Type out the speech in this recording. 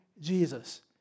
Jesus